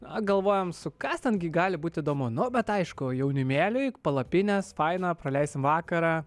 na galvojam su kas ten gi gali būti įdomu bet aišku jaunimėliui palapinės faina praleisim vakarą